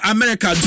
America